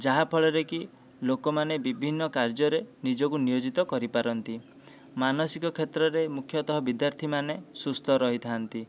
ଯାହାଫଳରେ କି ଲୋକମାନେ ବିଭିନ୍ନ କାର୍ଯ୍ୟରେ ନିଜକୁ ନିୟୋଜିତ କରି ପାରନ୍ତି ମାନସିକ କ୍ଷେତ୍ରରେ ମୁଖ୍ୟତଃ ବିଦ୍ୟାର୍ଥୀମାନେ ସୁସ୍ଥ ରହିଥାନ୍ତି